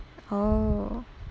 oh